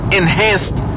enhanced